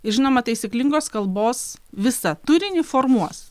ir žinoma taisyklingos kalbos visą turinį formuos